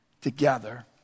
together